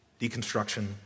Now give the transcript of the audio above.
Deconstruction